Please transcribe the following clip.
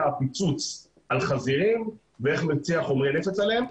הפיצוץ על חזירים ואיך משפיעים חומרי הנפץ עליהם.